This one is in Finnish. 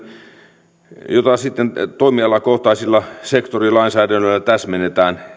selkeästi yleislaki jota sitten toimialakohtaisilla sektorilainsäädännöillä täsmennetään